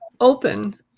open